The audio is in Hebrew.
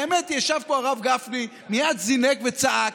האמת היא שישב פה הרב גפני ומייד זינק וצעק.